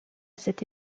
cette